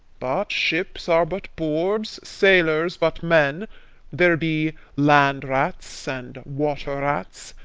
but ships are but boards, sailors but men there be land-rats and water-rats,